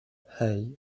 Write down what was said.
hey